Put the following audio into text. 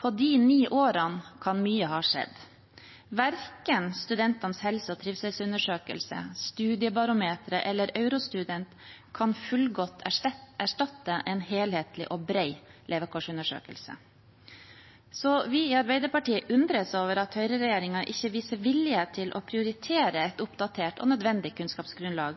På ni år kan mye ha skjedd. Verken Studentenes helse- og trivselsundersøkelse, Studiebarometeret eller Eurostudent kan fullgodt erstatte en helhetlig og bred levekårsundersøkelse. Vi i Arbeiderpartiet undres over at høyreregjeringen ikke viser vilje til å prioritere et oppdatert og nødvendig kunnskapsgrunnlag